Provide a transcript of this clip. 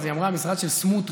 היא אמרה: המשרד של סמוּטריץ'.